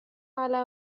على